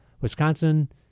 Wisconsin